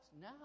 now